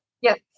Yes